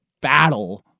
battle